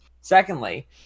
Secondly